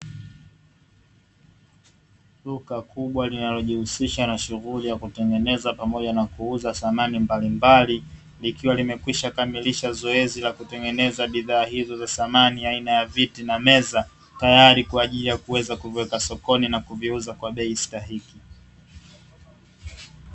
Duka kubwa linalojihusisha na shughuli ya kutengeneza pamoja na kuuza samani mbalimbali, likiwa limekwisha kamilisha zoezi la kutengeneza bidhaa hizo za samani aina ya viti na meza; tayari kwa ajili ya kuweza kuviweka sokoni na kuviuza kwa bei stahiki.